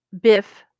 Biff